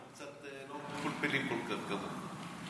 אנחנו לא מפולפלים כל כך כמוך,